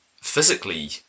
physically